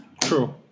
True